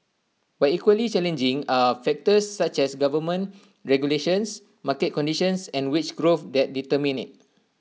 but equally challenging are factors such as government regulations market conditions and wage growth that determine IT